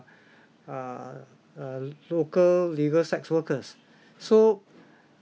uh a local legal sex workers so